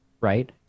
right